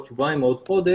עוד שבועיים או עוד חודש,